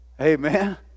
Amen